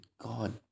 God